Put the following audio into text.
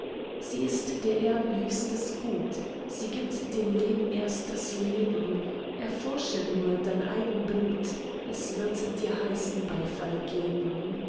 sie ist der erden höchstes gut sie gibt dem leben erst das leben erforsche nur dein eigen blut es wird dir heißen beifall geben